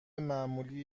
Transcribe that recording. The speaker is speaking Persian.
معمولی